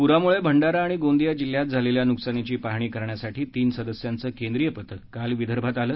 प्रामुळे भंडारा आणि गोंदिया जिल्ह्यात झालेल्या नुकसानीची पाहणी करण्यासाठी तीन सदस्यांचं केंद्रीय पथक काल विदर्भात आलं